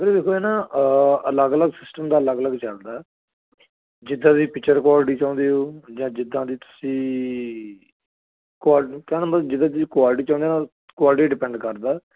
ਵੀਰੇ ਦੇਖੋ ਇਹ ਨਾ ਅਲੱਗ ਅਲੱਗ ਸਿਸਟਮ ਦਾ ਅਲੱਗ ਅਲੱਗ ਚੱਲਦਾ ਜਿੱਦਾਂ ਦੀ ਪਿਕਚਰ ਕੁਆਲਿਟੀ ਚਾਹੁੰਦੇ ਹੋ ਜਾਂ ਜਿੱਦਾਂ ਦੀ ਤੁਸੀਂ ਕੁਆਲਿਟੀ ਤਾਂ ਮਤਲਬ ਜਿੱਦਾਂ ਤੁਸੀਂ ਕੁਆਲਿਟੀ ਚਾਹੁੰਦੇ ਹੋ ਕੁਆਲਿਟੀ 'ਤੇ ਡਿਪੈਂਡ ਕਰਦਾ